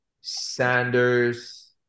Sanders